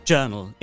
Journal